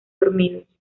dormidos